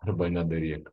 arba nedaryk